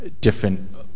different